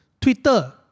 Twitter